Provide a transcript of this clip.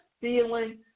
feeling